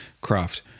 craft